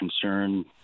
concern